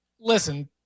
listen